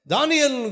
Daniel